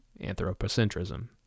anthropocentrism